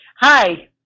Hi